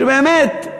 שבאמת,